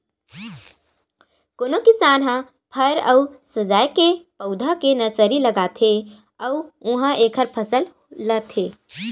कोनो किसान ह फर अउ सजाए के पउधा के नरसरी लगाथे अउ उहां एखर फसल लेथे